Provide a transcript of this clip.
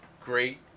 Great